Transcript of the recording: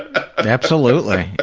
and absolutely,